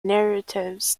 narratives